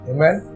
Amen